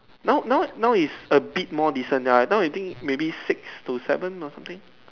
now now now is a bit more decent now I think maybe six to seven or something